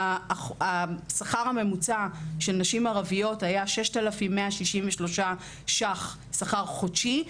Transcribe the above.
השכר הממוצע של נשים ערביות היה 6,163 ש"ח שכר חודשי.